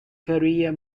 career